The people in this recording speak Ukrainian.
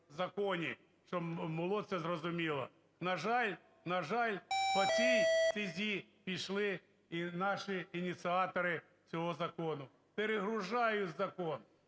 законі, щоб було це зрозуміло. На жаль, на жаль, по цій стезі пішли і наші ініціатори цього закону. Перегружають закон